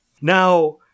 Now